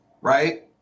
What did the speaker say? Right